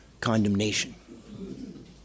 condemnation